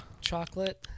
Chocolate